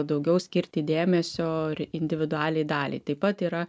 daugiau skirti dėmesio ir individualiai daliai taip pat yra